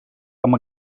amb